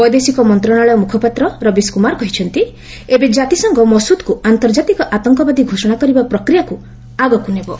ବୈଦେଶିକ ମନ୍ତ୍ରଣାଳୟ ମୁଖପାତ୍ର ରବୀଶ୍ କୁମାର କହିଛନ୍ତି ଏବେ ଜାତିସଂଘ ମସୁଦ୍କୁ ଅନ୍ତର୍ଜାତିକ ଆତଙ୍କବାଦୀ ଘୋଷଣା କରିବା ପ୍ରକ୍ରିୟାକୁ ଆଗକୁ ନେ ବ